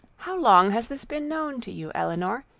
how long has this been known to you, elinor?